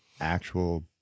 actual